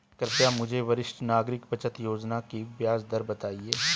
कृपया मुझे वरिष्ठ नागरिक बचत योजना की ब्याज दर बताएं